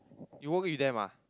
you work with them ah